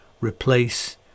replace